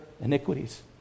iniquities